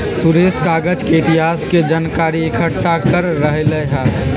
सुरेश कागज के इतिहास के जनकारी एकट्ठा कर रहलई ह